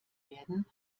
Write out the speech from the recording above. werden